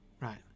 right